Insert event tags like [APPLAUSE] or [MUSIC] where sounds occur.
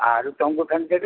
ଆରୁ [UNINTELLIGIBLE]